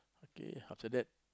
okay after that